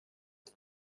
det